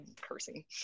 cursing